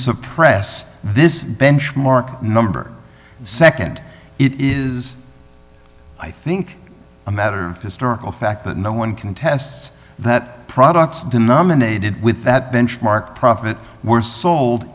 suppress this benchmark number nd it is i think a matter of historical fact but no one contests that products denominated with that benchmark profit were sold